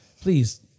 Please